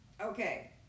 Okay